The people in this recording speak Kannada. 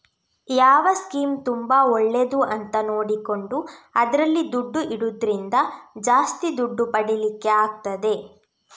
ಯಾವ ಸ್ಕೀಮ್ ತುಂಬಾ ಒಳ್ಳೇದು ಅಂತ ನೋಡಿಕೊಂಡು ಅದ್ರಲ್ಲಿ ದುಡ್ಡು ಇಡುದ್ರಿಂದ ಜಾಸ್ತಿ ದುಡ್ಡು ಪಡೀಲಿಕ್ಕೆ ಆಗ್ತದೆ